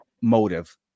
motive